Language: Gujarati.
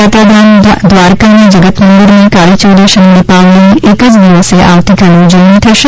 યાત્રા ધામ દ્વારકામાં જગતમંદિરમાં કાળી ચૌદશ અને દિપાવલીની એક જ દિવસે આવતીકાલે ઉજવણી થશે